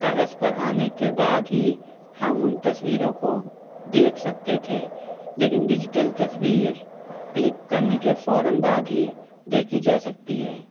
کاغذ پر آنے کے بعد ہی ہم ان تصویروں کو دیکھ سکتے تھے لیکن ڈیجیٹل تصویر کلک کرنے کے فوراً بعد ہی دیکھی جا سکتی ہے